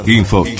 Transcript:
info